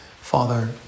Father